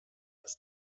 dass